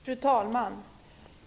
Fru talman!